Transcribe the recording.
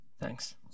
Thanks